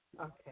Okay